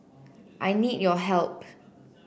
I need your help